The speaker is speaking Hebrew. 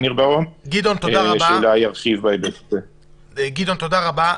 גדעון, תודה רבה.